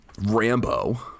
Rambo